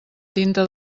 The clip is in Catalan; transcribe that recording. tinta